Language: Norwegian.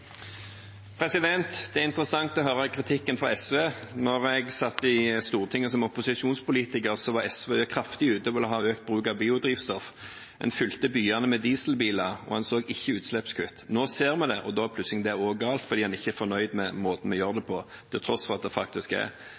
interessant å høre kritikken fra SV. Da jeg satt i Stortinget som opposisjonspolitiker, var SV kraftig ute og ville ha økt bruk av biodrivstoff. En fylte byene med dieselbiler, og en så ikke utslippskutt. Nå ser en det, og da er plutselig det også galt fordi en ikke er fornøyd med måten vi gjør det på, til tross for at det faktisk er